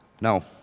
No